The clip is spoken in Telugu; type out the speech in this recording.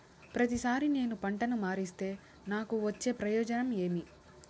ప్రతిసారి నేను పంటను మారిస్తే నాకు వచ్చే ప్రయోజనం ఏమి?